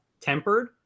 tempered